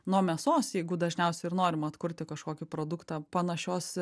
nuo mėsos jeigu dažniausiai ir norima atkurti kažkokį produktą panašios